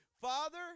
Father